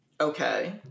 Okay